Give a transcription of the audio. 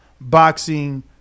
boxing